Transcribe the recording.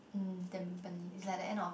mm tampine~ it's like the end of